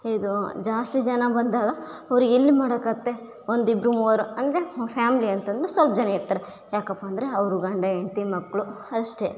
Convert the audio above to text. ಇದು ಜಾಸ್ತಿ ಜನ ಬಂದಾಗ ಅವರಿಗೆಲ್ಲಿ ಮಾಡಾಕತ್ತೆ ಒಂದಿಬ್ರು ಮೂವರು ಅಂದರೆ ಮ ಫ್ಯಾಮಿಲಿ ಅಂತ ಅಂದ್ರೆ ಸ್ವಲ್ಪ ಜನ ಇರ್ತಾರೆ ಯಾಕಪ್ಪ ಅಂದರೆ ಅವರು ಗಂಡ ಹೆಂಡ್ತಿ ಮಕ್ಳು ಅಷ್ಟೇ